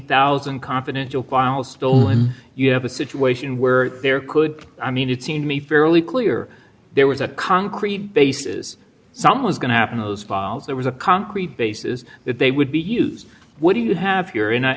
thousand confidential files stolen you have a situation where there could i mean it seems to me fairly clear there was a concrete basis some was going to happen in those files there was a concrete basis that they would be used what do you ha